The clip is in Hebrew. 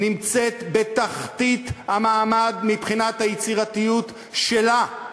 נמצאת בתחתית המעמד מבחינת היצירתיות שלה.